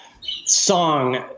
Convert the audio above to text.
song